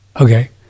okay